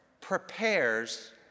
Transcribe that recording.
prepares